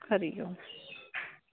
Hari Om